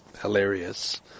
hilarious